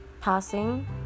Passing